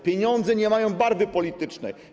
Pieniądze nie mają barwy politycznej.